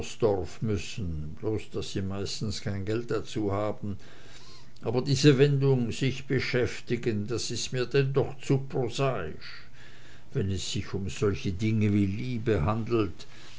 müssen bloß daß sie meistens kein geld dazu haben aber diese wendung sich beschäftigen das ist mir denn doch zu prosaisch wenn es sich um solche dinge wie liebe handelt